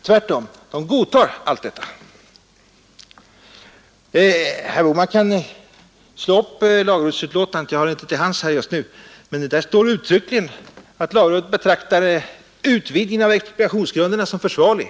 Tvärtom, de godtar lagen. Herr Bohman kan slå upp lagrådsutlåtandet — jag har det inte till hands just nu — så ser han att där står uttryckligen att lagrådet betraktar en utvidgning av expropriationsgrunderna som försvarlig.